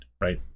right